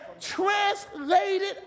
translated